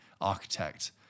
architect